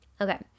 Okay